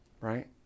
Right